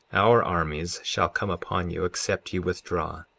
our armies shall come upon you except ye withdraw,